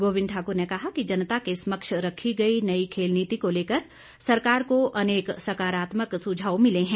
गोबिंद ठाक्र ने कहा कि जनता के समक्ष रखी गई नई खेल नीति को लेकर सरकार को अनेक सकारात्मक सुझाव मिले हैं